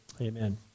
Amen